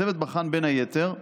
הצוות בחן, בין היתר,